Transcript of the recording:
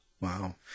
wow